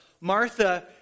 Martha